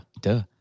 duh